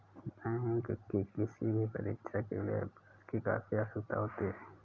bank की किसी भी परीक्षा के लिए अभ्यास की काफी आवश्यकता होती है